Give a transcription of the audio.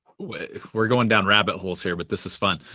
we're we're going down rabbit holes here but this is fun.